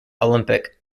olympic